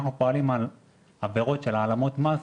אנחנו פועלים על עבירות של העלמות מס,